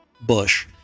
bush